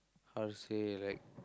how to say like